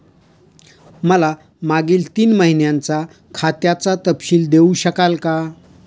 मला मागील तीन महिन्यांचा खात्याचा तपशील देऊ शकाल का?